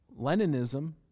Leninism